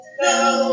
no